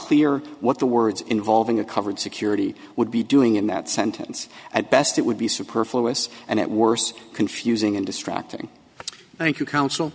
clear what the words involving a covered security would be doing in that sentence at best it would be superfluous and at worst confusing and distracting thank you counsel